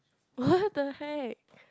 what the heck